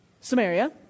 samaria